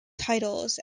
titles